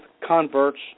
converts